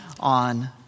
on